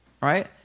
Right